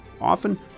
often